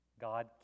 God